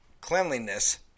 cleanliness